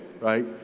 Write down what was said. right